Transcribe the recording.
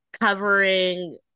covering